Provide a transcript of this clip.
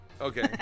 Okay